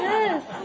Yes